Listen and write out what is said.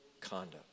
conduct